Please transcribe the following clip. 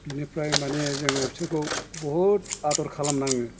बिनिफ्राय माने जोङो बिसोरखौ बुहुत आदर खालामनाङो